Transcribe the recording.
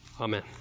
Amen